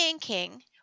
King